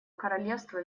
королевства